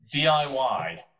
DIY